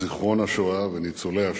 השואה וניצולי השואה,